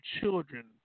children